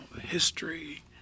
history